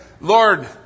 Lord